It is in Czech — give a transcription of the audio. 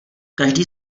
každý